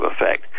effect